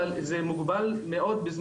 אבל זה מוגבל מאוד בזמן.